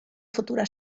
futura